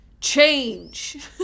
change